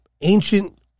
ancient